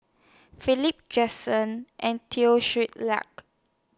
Philip Jackson and Teo Ser Luck